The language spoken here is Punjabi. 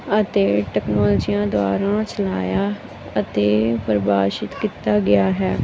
ਅਤੇ ਟੈਕਨੋਲਜੀਆਂ ਦੁਆਰਾ ਚਲਾਇਆ ਅਤੇ ਪਰਿਭਾਸ਼ਿਤ ਕੀਤਾ ਗਿਆ ਹੈ